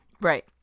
Right